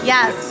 Yes